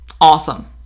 Awesome